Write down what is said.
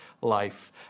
life